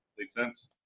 makes sense.